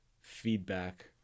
feedback